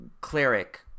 cleric